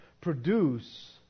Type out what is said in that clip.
produce